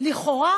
לכאורה